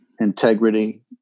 integrity